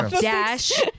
dash